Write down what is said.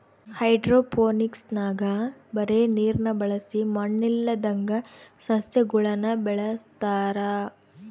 ಹೈಡ್ರೋಫೋನಿಕ್ಸ್ನಾಗ ಬರೇ ನೀರ್ನ ಬಳಸಿ ಮಣ್ಣಿಲ್ಲದಂಗ ಸಸ್ಯಗುಳನ ಬೆಳೆಸತಾರ